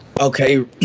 Okay